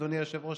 אדוני היושב-ראש,